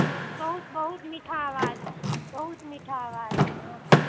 बहुत बहुत मीठा आवाज बहुत मीठा आवाज यऽ अहाँकेँ